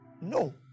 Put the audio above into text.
No